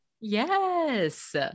Yes